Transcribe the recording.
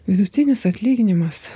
vidutinis atlyginimas